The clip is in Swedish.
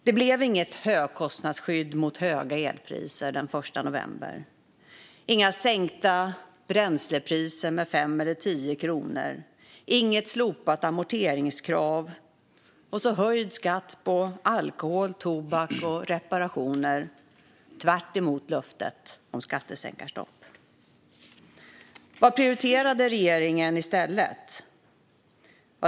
Det blev inget högkostnadsskydd mot höga elpriser den 1 november, inga sänkta bränslepriser med 5 eller 10 kronor och inget slopat amorteringskrav. Men det blev höjd skatt på alkohol, tobak och reparationer, tvärtemot löftet om skattehöjningsstopp. Vad prioriterade regeringen i stället?